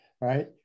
right